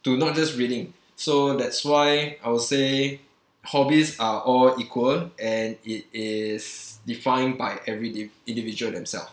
to not just reading so that's why I would say hobbies are all equal and it is defined by every di~ individual themselves